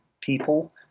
people